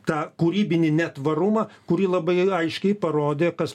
tą kūrybinį netvarumą kurį labai aiškiai parodė kas